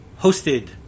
hosted